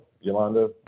Yolanda